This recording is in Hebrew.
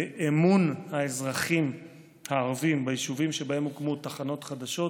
באמון האזרחים הערבים ביישובים שבהם הוקמו תחנות חדשות.